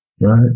right